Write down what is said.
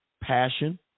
passion